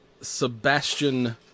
Sebastian